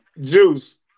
Juice